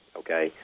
okay